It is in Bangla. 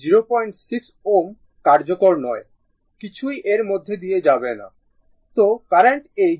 তো এই 06 Ω কার্যকর নয় কিছুই এর মধ্য দিয়ে যাবে না